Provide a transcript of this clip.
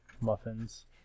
muffins